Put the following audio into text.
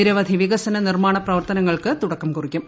നിരവധി വികസന നിർമ്മാണ പ്രവർത്തനങ്ങൾക്ക് തുടക്കം കുറിക്കും